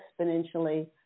exponentially